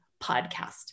podcast